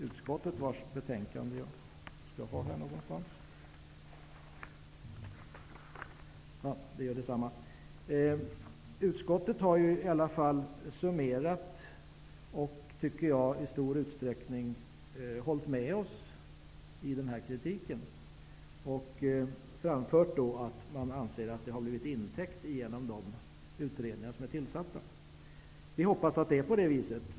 Utskottet har i alla fall summerat och, tycker jag, i stor utsträckning hållit med oss i den här kritiken. Man har framfört att man anser att den har täckts genom de utredningar som är tillsatta. Vi hoppas att det är på det viset.